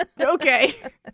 Okay